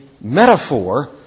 metaphor